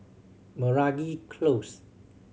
Meragi Close